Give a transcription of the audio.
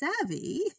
savvy